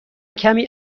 کمی